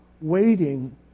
waiting